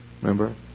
Remember